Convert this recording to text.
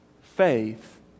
faith